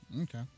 Okay